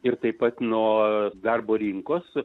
ir taip pat nuo darbo rinkos